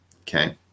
okay